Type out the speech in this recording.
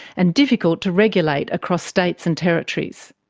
and difficult to regulate across states and territories.